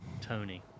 Tony